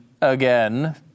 again